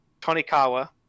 Tonikawa